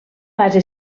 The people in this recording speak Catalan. base